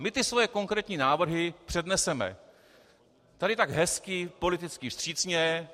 My ty svoje konkrétní návrhy předneseme tady tak hezky politicky vstřícně.